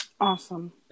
Awesome